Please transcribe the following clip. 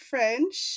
French